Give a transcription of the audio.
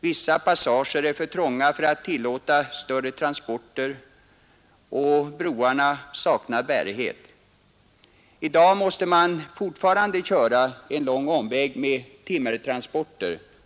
Vissa passager är för trånga för att tillåta större transporter, och broarna saknar bärighet. I dag måste man fortfarande köra en lång omväg med timmertransporter.